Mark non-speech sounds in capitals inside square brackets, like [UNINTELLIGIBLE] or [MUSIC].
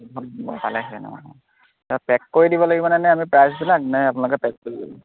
[UNINTELLIGIBLE] pack কৰি দিব লাগিব নে আমি প্ৰাইজবিলাক নে আপোনালোকে পেক কৰিব